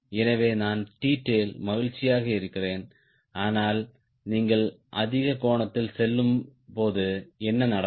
எனவே நான் T tail மகிழ்ச்சியாக இருக்கிறேன் ஆனால் நீங்கள் அதிக கோணத்தில் செல்லும்போது என்ன நடக்கும்